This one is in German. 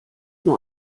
nur